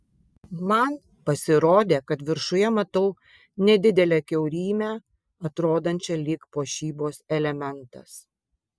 man pasirodė kad viršuje matau nedidelę kiaurymę atrodančią lyg puošybos elementas